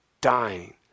dying